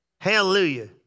Hallelujah